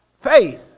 faith